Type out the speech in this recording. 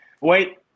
Wait